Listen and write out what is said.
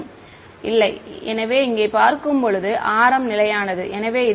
மாணவர் இல்லை எனவே இங்கே பார்க்கும்போது r m நிலையானது எனவே இது